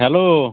hello